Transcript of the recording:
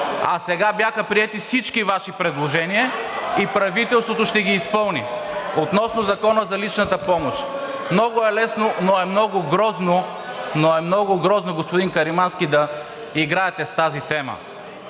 А сега бяха приети всички Ваши предложения и правителството ще ги изпълни. Относно Закона за личната помощ, много е лесно, но е много грозно – много е грозно! – господин Каримански, да си играете с тази тема.